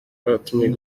rwatumye